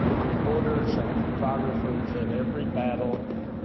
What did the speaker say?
ah reporters, and photographers, at every battle,